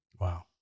Wow